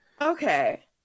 Okay